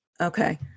Okay